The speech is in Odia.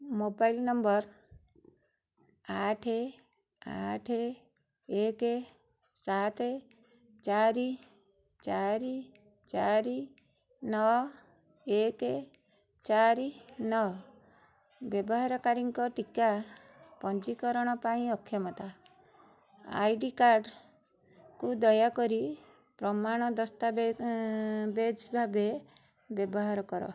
ମୋବାଇଲ ନମ୍ବର ଆଠ ଆଠ ଏକ ସାତ ଚାରି ଚାରି ଚାରି ନଅ ଏକ ଚାରି ନଅ ବ୍ୟବହାରକାରୀଙ୍କ ଟିକା ପଞ୍ଜୀକରଣ ପାଇଁ ଅକ୍ଷମତା ଆଇଡ଼ି କାର୍ଡ଼କୁ ଦୟାକରି ପ୍ରମାଣ ଦସ୍ତା ବେଜ ଭାବେ ବ୍ୟବହାର କର